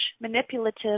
manipulative